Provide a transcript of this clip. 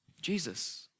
Jesus